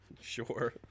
Sure